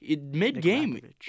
mid-game